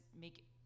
make